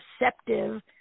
receptive